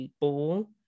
ball